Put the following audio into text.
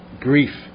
grief